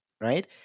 right